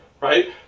right